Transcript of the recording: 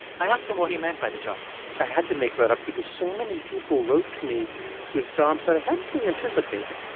i asked him what he meant by the term i had to make that up because so many people wrote to me with jobs that i hadn't really anticipated,